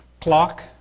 clock